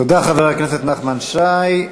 תודה, חבר הכנסת נחמן שי.